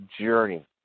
journey